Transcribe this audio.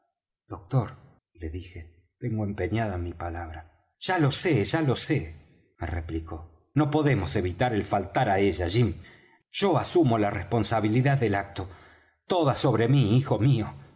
doctor le dije tengo empeñada mi palabra ya lo sé ya lo sé me replicó no podemos evitar el faltar á ella jim yo asumo la responsabilidad del acto toda sobre mí hijo mío